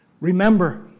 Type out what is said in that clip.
Remember